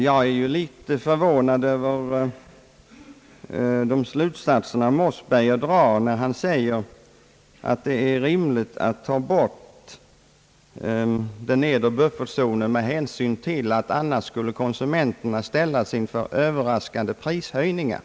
Jag är något förvånad över de slutsatser herr Mossberger drar när han säger, att det är rimligt att ta bort den nedre buffertzonen med hänsyn till att konsumenterna annars skulle ställas inför överraskande prishöjningar.